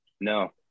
No